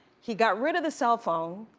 he got rid of the cell phone,